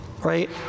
right